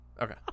Okay